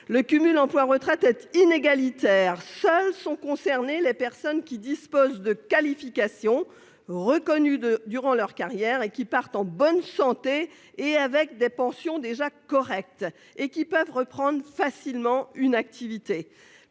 Le cumul emploi-retraite est inégalitaire. Seules sont concernées les personnes qui disposent de qualifications reconnues durant leur carrière, qui partent en bonne santé, avec des pensions déjà correctes, et qui peuvent reprendre facilement une activité.